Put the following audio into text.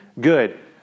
Good